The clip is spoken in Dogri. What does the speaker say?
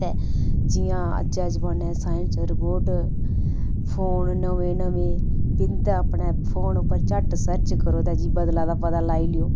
ते जियां अज्जै दे जमाने च साईंस रबोट फोन नमें नमें इं'दे अपने फोन उप्पर झट्ट सर्च करो ते जी बद्दला दा पता लाई लेओ